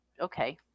Okay